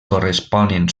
corresponen